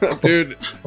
Dude